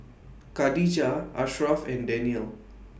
Khadija Ashraff and Daniel